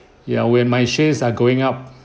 ya when my shares are going up